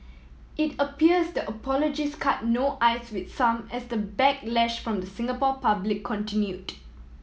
it appears the apologies cut no ice with some as the backlash from the Singapore public continued